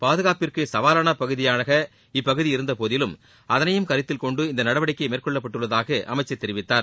பாதுகாப்பிற்கு சவாலான பகுதியாக இப்பகுதி இருந்த போதிலும் அதனையும் கருத்தில் கொண்டு இந்த நடவடிக்கை மேற்கொள்ளப்பட்டுள்ளதாக அமைச்சர் தெரிவித்தார்